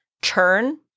turn